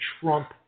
Trump